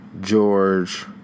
George